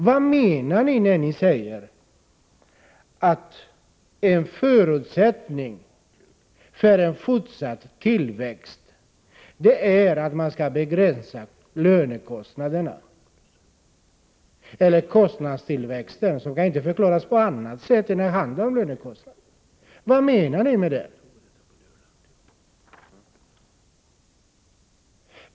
Vad menar socialdemokraterna när de säger att en förutsättning för en fortsatt tillväxt är att man kan begränsa kostnadstillväxten? Det ordet kan inte förklaras på annat sätt än att det handlar om lönekostnader. Vad menar ni med det?